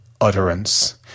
utterance